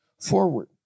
forward